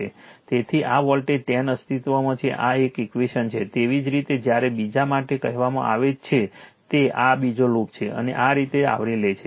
તેથી આ વોલ્ટેજ 10 અસ્તિત્વમાં છે આ એક ઈક્વેશન છે તેવી જ રીતે જ્યારે બીજા માટે કહેવામાં આવે છે તે આ બીજો લૂપ છે અને આ રીતે આવરી લે છે